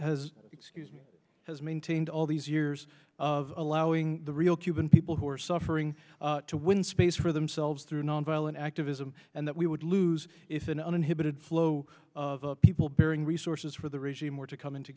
has maintained all these years of allowing the real cuban people who are suffering to win space for themselves through nonviolent activism and that we would lose if an uninhibited flow of people bearing resources for the regime were to come into